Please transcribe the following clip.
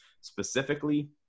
specifically